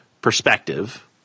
perspective